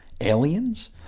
Aliens